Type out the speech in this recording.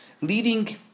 leading